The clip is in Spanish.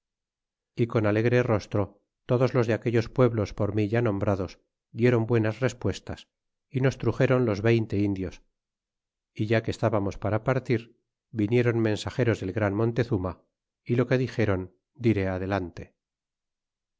y con alegre rostro todos los de aquellos pueblos por mí ya nombrados dieron buenas respuestas y nos truxeron los veinte indios é ya que estábamos para partir vinieron mensageros del gran montezuma y lo que dixéron diré adelante